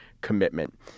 commitment